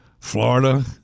Florida